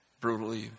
brutally